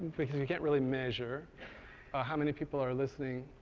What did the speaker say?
because you can't really measure how many people are listening